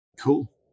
Cool